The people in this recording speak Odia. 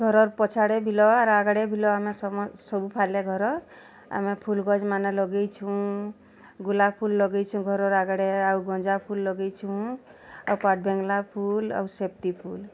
ଘରର୍ ପଛ ଆଡ଼େ ବିଲ ଆର୍ ଆଗ୍ ଆଡ଼େ ବିଲ ସବୁ ଫାଲେ ଘର ଆମେ ଫୁଲ୍ ଗଛ୍ମାନେ ଲଗେଇଛୁଁ ଗୋଲାପ୍ ଫୁଲ୍ ଲଗେଇଛୁଁ ଘରର୍ ଆଗ୍ଆଡ଼େ ଆଉ ଗଞ୍ଜାଫୁଲ୍ ଲଗେଇଛୁଁ ଆଉ ପାଟ୍ବେଙ୍ଗଲା ଫୁଲ୍ ଆଉ ସେବ୍ତି ଫୁଲ୍